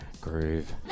groove